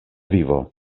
vivo